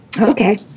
Okay